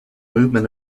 movement